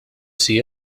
see